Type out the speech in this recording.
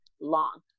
long